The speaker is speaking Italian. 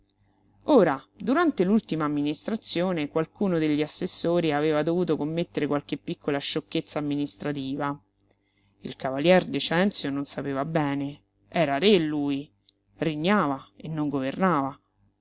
ora durante l'ultima amministrazione qualcuno degli assessori aveva dovuto commettere qualche piccola sciocchezza amministrativa il cavalier decenzio non sapeva bene era re lui regnava e non governava